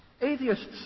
Atheists